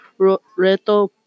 Reto